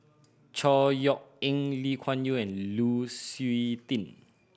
Chor Yeok Eng Lee Kuan Yew and Lu Suitin